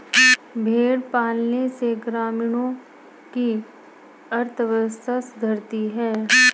भेंड़ पालन से ग्रामीणों की अर्थव्यवस्था सुधरती है